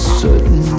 certain